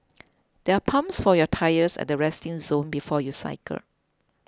there are pumps for your tyres at the resting zone before you cycle